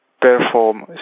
perform